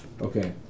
Okay